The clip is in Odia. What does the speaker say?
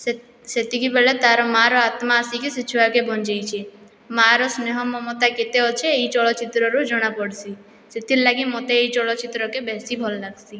ସେ ସେତିକିବେଳେ ତାର ମାଆର ଆତ୍ମା ଆସିକି ସେ ଛୁଆକେ ବଞ୍ଚେଇଛି ମାଆର ସ୍ନେହ ମମତା କେତେ ଅଛେ ଏଇ ଚଳଚ୍ଚିତ୍ରରୁ ଜଣା ପଡ଼୍ସି ସେଥିଲାଗି ମୋତେ ଏଇ ଚଳଚ୍ଚିତ୍ର କେ ବେଶୀ ଭଲ୍ ଲାଗ୍ସି